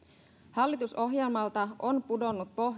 hallitusohjelmalta on pudonnut